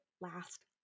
last